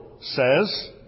says